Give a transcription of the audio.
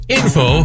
info